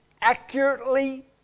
accurately